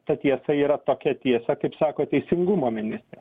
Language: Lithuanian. ta tiesa yra tokia tiesa kaip sako teisingumo ministrė